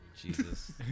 Jesus